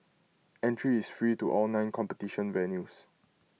entry is free to all nine competition venues